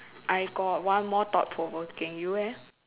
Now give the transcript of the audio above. I got one more thought provoking you leh